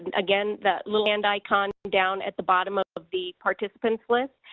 and again that little hand icon down at the bottom of of the participants list,